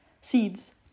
seeds